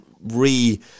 re-